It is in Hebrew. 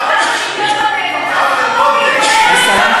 השרה,